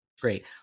great